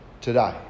today